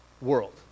world